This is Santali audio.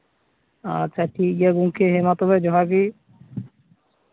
ᱟᱪᱪᱷᱟ ᱴᱷᱤᱠ ᱜᱮᱭᱟ ᱜᱮᱢᱠᱮ ᱦᱮᱸ ᱢᱟ ᱛᱚᱵᱮ ᱡᱚᱦᱟᱨ ᱜᱮ